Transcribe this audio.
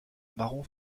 marron